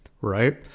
right